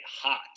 hot